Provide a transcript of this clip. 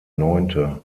neunte